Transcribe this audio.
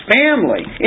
family